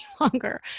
longer